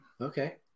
Okay